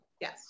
Yes